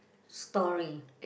story